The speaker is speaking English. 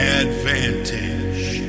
advantage